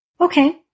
Okay